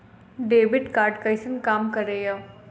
Debit card कैसन काम करेया?